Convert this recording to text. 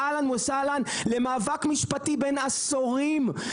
אהלן וסהלן, למאבק משפטי בן עשורים.